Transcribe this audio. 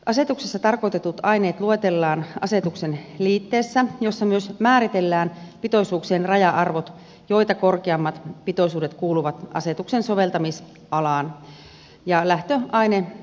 asetuksessa tarkoitetut aineet luetellaan asetuksen liitteessä jossa myös määritellään pitoisuuksien raja arvot joita korkeammat pitoisuudet kuuluvat asetuksen soveltamisalaan